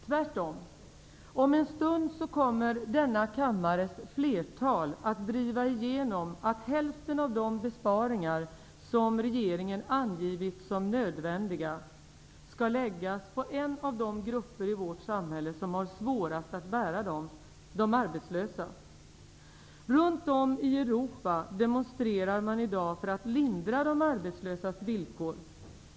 Tvärtom: Om en stund kommer flertalet i denna kammare att driva igenom att hälften av de besparingar som regeringen har angivit som nödvändiga skall läggas på en av de grupper i vårt samhälle som har det svårast att bära dem, de arbetslösa. Runt om i Europa demonstrerar man i dag för att lindra de arbetslösas villkor.